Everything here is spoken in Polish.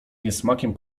niesmakiem